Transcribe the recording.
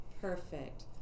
perfect